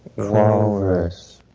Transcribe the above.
walrus.